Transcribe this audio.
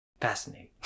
Fascinating